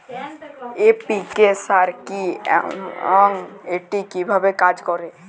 NPK সার কি এবং এটি কিভাবে কাজ করে?